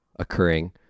occurring